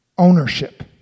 ownership